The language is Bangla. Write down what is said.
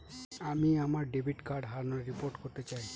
আমি আমার ডেবিট কার্ড হারানোর রিপোর্ট করতে চাই